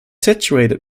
situated